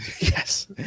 Yes